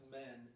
men